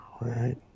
right